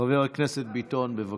חבר הכנסת ביטון, בבקשה.